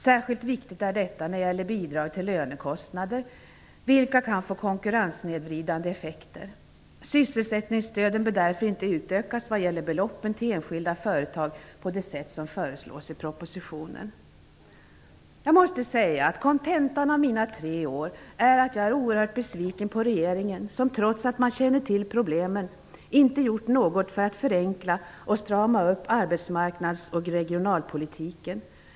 Särskilt viktigt är detta när det gäller bidrag till lönekostnader, vilka kan få konkurrenssnedvridande effekter. Sysselsättningsstödet bör därför inte utökas vad gäller beloppen till enskilda företag på det sätt som föreslås i propositionen. Jag måste säga att kontentan av mina tre år är att jag är oerhört besviken på regeringen, som trots att man känner till problemen inte gjort något för att förenkla och strama upp arbetsmarknads och regionalpolitiken.